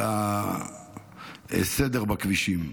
הסדר בכבישים.